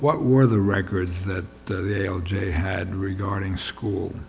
what were the records that he had regarding school